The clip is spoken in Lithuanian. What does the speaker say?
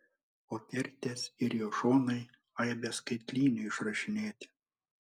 o kertės ir jo šonai aibe skaitlinių išrašinėti